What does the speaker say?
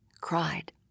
cried